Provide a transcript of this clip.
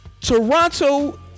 Toronto